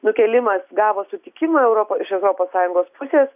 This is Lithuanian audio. nukėlimas gavo sutikimą europo iš europos sąjungos pusės